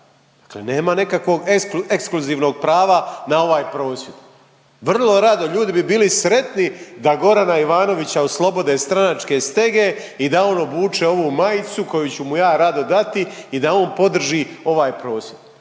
Dakle, nema nekakvog ekskluzivnog prava na ovaj prosvjed. Vrlo rado, ljudi bi bili sretni da Gorana Ivanovića oslobode stranačke stege i da on obuče ovu majicu koju ću mu ja rado dati i da on podrži ovaj prosvjed.